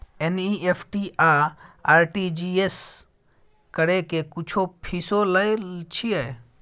NEFT आ RTGS करै के कुछो फीसो लय छियै?